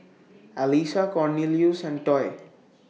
Alissa Cornelious and Toy